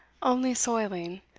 only soiling,